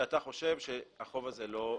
שאתה חושב שהחוב הזה לא קיים.